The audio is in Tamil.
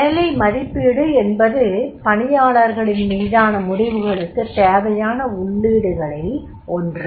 வேலை மதிப்பீடு என்பது பணியாளர்களின் மீதான முடிவுகளுக்குத் தேவையான உள்ளீடுகளில் ஒன்று